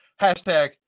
hashtag